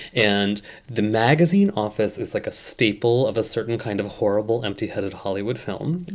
and the magazine office is like a staple of a certain kind of horrible, empty headed hollywood film,